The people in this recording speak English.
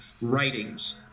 writings